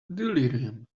delirium